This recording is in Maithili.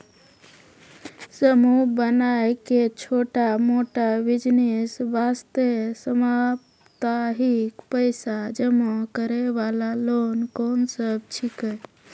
समूह बनाय के छोटा मोटा बिज़नेस वास्ते साप्ताहिक पैसा जमा करे वाला लोन कोंन सब छीके?